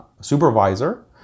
supervisor